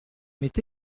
m’est